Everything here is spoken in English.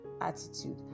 attitude